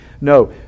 No